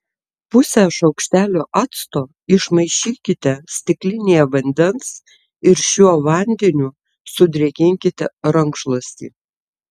pusę šaukštelio acto išmaišykite stiklinėje vandens ir šiuo vandeniu sudrėkinkite rankšluostį